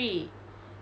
倒数